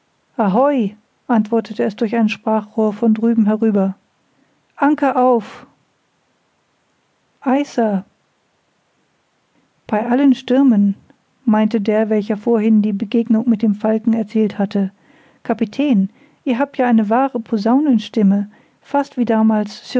ahoi antwortete es durch ein sprachrohr von drüben herüber anker auf aye sir bei allen stürmen meinte der welcher vorhin die begegnung mit dem falken erzählt hatte kapitän ihr habt ja eine wahre posaunenstimme fast wie damals